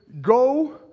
go